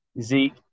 Zeke